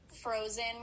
Frozen